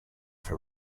for